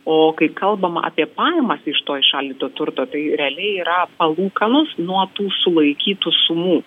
o kai kalbama apie pajamas iš to įšaldyto turto tai realiai yra palūkanos nuo tų sulaikytų sumų